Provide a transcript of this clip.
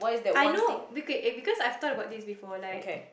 I know because eh because I've thought about this before like